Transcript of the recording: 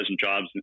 jobs